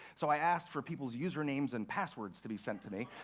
so i asked for people's usernames and passwords to be sent to me.